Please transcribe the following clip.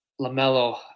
Lamelo